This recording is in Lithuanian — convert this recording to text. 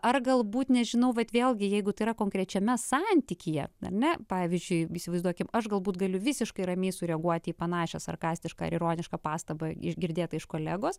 ar galbūt nežinau bet vėlgi jeigu tai yra konkrečiame santykyje ar ne pavyzdžiui įsivaizduokim aš galbūt galiu visiškai ramiai sureaguoti į panašią sarkastišką ar ironišką pastabą iš girdėta iš kolegos